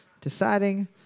deciding